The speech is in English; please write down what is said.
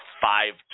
five